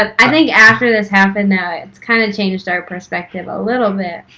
i think after this happened now, it's kinda changed our perspective a little bit.